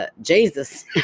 Jesus